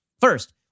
First